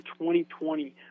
2020